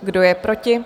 Kdo je proti?